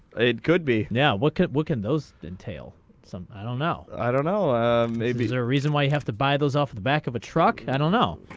eight good be now what could what can those entail some i don't know i don't know maybe the reason why i have to buy those off the back of a truck i don't know.